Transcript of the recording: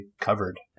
covered